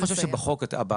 אני לא חושב שבחוק זה הבעיה,